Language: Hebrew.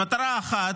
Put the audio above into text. המטרה האחת,